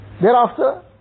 Thereafter